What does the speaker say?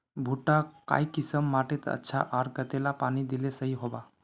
भुट्टा काई किसम माटित अच्छा, आर कतेला पानी दिले सही होवा?